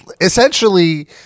essentially